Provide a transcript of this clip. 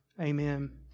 Amen